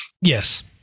Yes